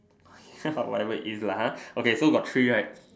ya whatever is lah ha okay so got three right